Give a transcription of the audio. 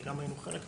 שגם היינו חלק ממנה.